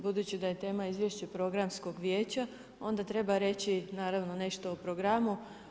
Budući da je tema Izvješće programskog vijeća, onda treba reći, naravno nešto o programu.